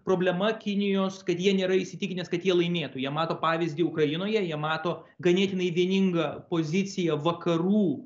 problema kinijos kad jie nėra įsitikinęs kad jie laimėtų jie mato pavyzdį ukrainoje jie mato ganėtinai vieningą poziciją vakarų